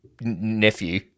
nephew